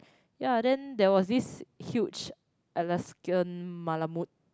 ya then there was this huge Alaskan malamute